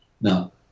Now